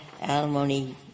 alimony